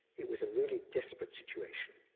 it was a really desperate situation.